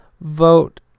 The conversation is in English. vote